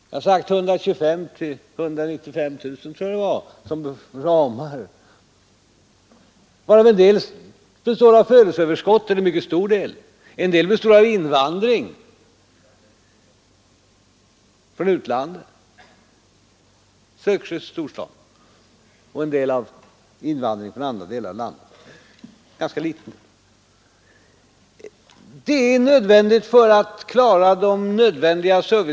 Jag har satt 125 000-195 000 som ramar, varav en mycket stor del består av födelseöverskott, en del av invandring från utlandet och en annan, ganska liten, av invandring från andra delar av landet.